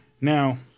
Now